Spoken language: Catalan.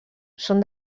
són